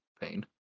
pain